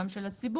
גם של הציבור.